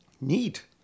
Neat